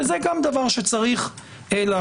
וזה גם דבר שצריך להשמיע.